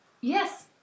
Yes